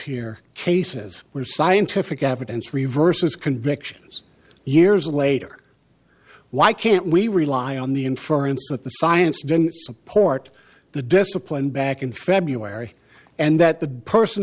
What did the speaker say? hear cases where scientific evidence reverses convictions years later why can't we rely on the inferring that the science didn't support the discipline back in february and that the person